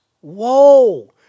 Whoa